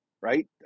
right